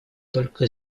только